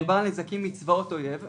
על נזקים מצבאות אויב,